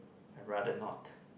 I rather not